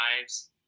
lives